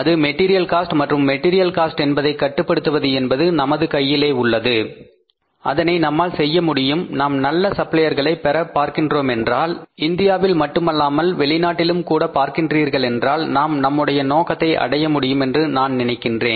அது material cost மற்றும் material cost என்பதை கட்டுப்படுத்துவது என்பது நமது கையிலேயே உள்ளது அதனை நம்மால் செய்ய முடியும் நாம் நல்ல சப்ளையர்களை பெற பார்க்கின்றோமென்றால் இந்தியாவில் மட்டுமல்லாமல் வெளிநாட்டிலும் கூட பார்க்கின்றீர்கள் என்றால் நாம் நம்முடைய நோக்கத்தை அடைய முடியும் என்று நான் நினைக்கின்றேன்